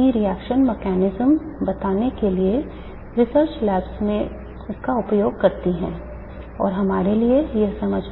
जड़ता के साथ काम करता है जिसे आप यहां चुंबकीय अनुनाद स्पेक्ट्रोस्कोपी के रूप